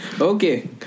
Okay